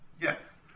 Yes